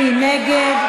מי נגד?